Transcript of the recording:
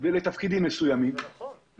יש הקלות מסוימות למועצות איתנות.